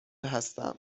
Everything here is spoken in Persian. هستم